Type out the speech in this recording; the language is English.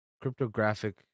cryptographic